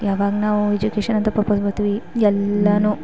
ಯಾವಾಗ ನಾವು ಎಜುಕೇಷನಂತ ಪರ್ಪಸ್ ಬರ್ತ್ವಿ ಎಲ್ಲವು